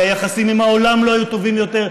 כי היחסים עם העולם לא היו טובים יותר,